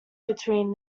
between